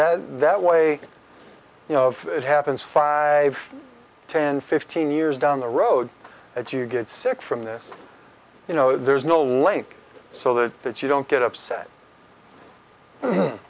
that way you know of it happens five ten fifteen years down the road that you get sick from this you know there's no link so that that you don't get upset